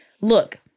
look